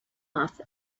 off